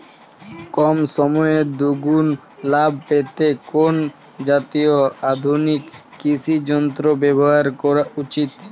কম সময়ে দুগুন লাভ পেতে কোন জাতীয় আধুনিক কৃষি যন্ত্র ব্যবহার করা উচিৎ?